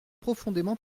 profondément